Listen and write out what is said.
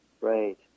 right